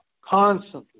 constantly